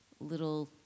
little